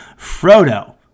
Frodo